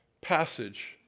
passage